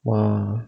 !wah!